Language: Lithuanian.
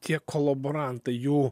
tie kolaborantai jų